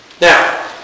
Now